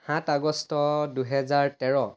সাত আগষ্ট দুহেজাৰ তেৰ